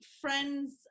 friends